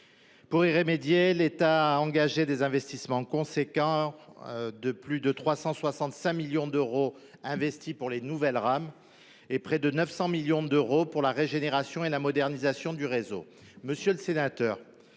Pour y remédier, l’État a engagé des moyens importants : plus de 365 millions d’euros ont été investis dans les nouvelles rames et près de 900 millions d’euros dans la régénération et la modernisation du réseau. Monsieur le sénateur,